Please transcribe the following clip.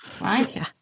right